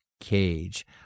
cage